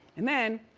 and then,